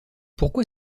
pourquoi